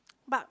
but